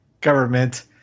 government